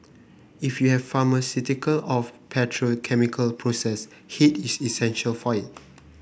if you have pharmaceutical of petrochemical process heat is essential for it